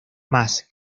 más